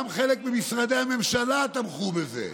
גם חלק ממשרדי הממשלה תמכו בזה.